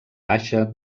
baixa